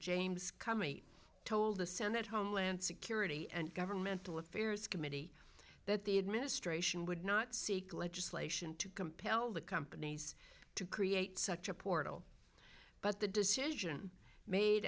james comey told the senate homeland security and governmental affairs committee that the administration would not seek legislation to compel the companies to create such a portal but the decision made